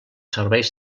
serveis